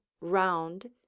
round